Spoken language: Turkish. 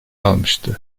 almıştı